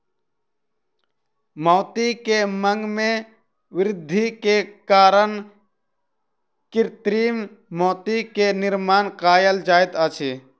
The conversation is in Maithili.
मोती के मांग में वृद्धि के कारण कृत्रिम मोती के निर्माण कयल जाइत अछि